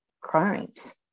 crimes